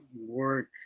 work